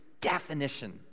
definition